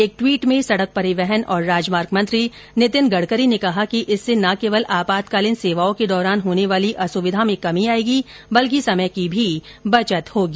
एक ट्वीट में सड़क परिवहन और राजमार्ग मंत्री नितिन गडकरी ने कहा कि इससे न केवल आपातकालीन सेवाओं के दौरान होने वाली असुविधा में कमी आएगी बल्कि समय की भी बचत होगी